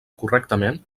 correctament